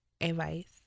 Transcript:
Advice